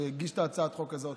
שהגיש את הצעת החוק הזאת,